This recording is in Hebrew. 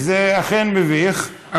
זה אכן מביך,